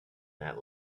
that